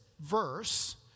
verse